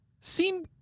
seem